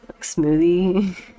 smoothie